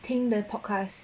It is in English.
听 the podcast